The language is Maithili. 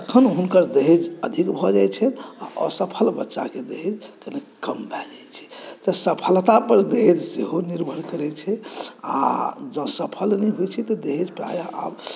तखन हुनकर दहेज अधिक भऽ जाइ छनि असफल ब्च्चाके दहेज कनि कम भए जाइ छै तऽ सफलता पर दहेज सेहो निर्भर करै छै आ जॅं सफल नहि होइ छै तऽ दहेज प्रायः आब